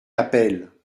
appelle